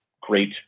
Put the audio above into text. great